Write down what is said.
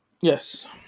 yes